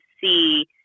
see